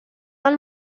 del